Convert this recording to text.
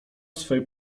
swej